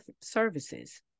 services